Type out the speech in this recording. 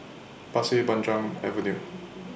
Pasir Panjang Avenue